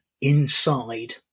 inside